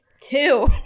two